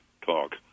talk